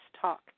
talk